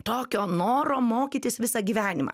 tokio noro mokytis visą gyvenimą